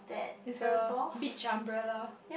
is a beach umbrella